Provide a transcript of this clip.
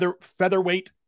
Featherweight